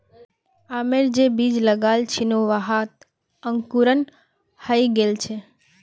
आमेर जे बीज लगाल छिनु वहात अंकुरण हइ गेल छ